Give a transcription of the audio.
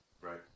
right